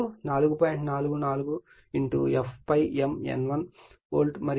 44 f ∅m N1 volt మరియు ద్వితీయ వైపు కూడా 4